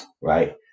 right